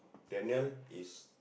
Daniel is